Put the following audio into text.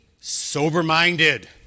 sober-minded